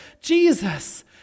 Jesus